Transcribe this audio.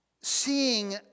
seeing